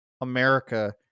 America